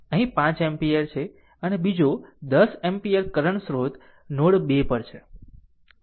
અહીં 5 એમ્પીયર છે અને બીજો 10 એમ્પીયર કરંટ સ્રોત નોડ 2 પર છે